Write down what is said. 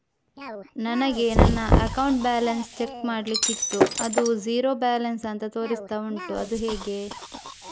ನನಗೆ ನನ್ನ account balance check ಮಾಡ್ಲಿಕ್ಕಿತ್ತು ಅದು ಝೀರೋ ಬ್ಯಾಲೆನ್ಸ್ ಅಂತ ತೋರಿಸ್ತಾ ಉಂಟು ಅದು ಹೇಗೆ?